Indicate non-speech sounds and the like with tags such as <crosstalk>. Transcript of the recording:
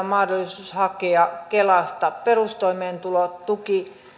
<unintelligible> mahdollisuus hakea kelasta perustoimeentulotuki